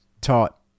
taught